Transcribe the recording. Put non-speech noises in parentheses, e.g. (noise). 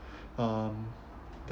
(breath) um